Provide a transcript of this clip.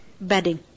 bedding